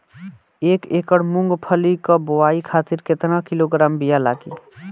एक एकड़ मूंगफली क बोआई खातिर केतना किलोग्राम बीया लागी?